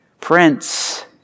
Prince